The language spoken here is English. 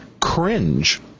cringe